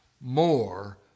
more